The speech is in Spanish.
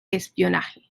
espionaje